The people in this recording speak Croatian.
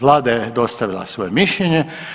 Vlada je dostavila svoje mišljenje.